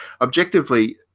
objectively